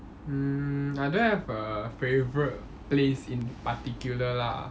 mm I don't have a favourite place in particular lah